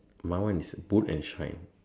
my one is boot and shine